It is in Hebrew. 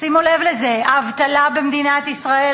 שימו לב לזה: האבטלה במדינת ישראל,